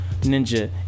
ninja